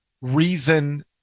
reason